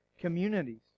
communities